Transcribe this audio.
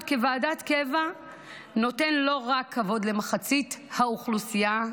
כוועדת קבע נותן לא רק כבוד למחצית האוכלוסייה,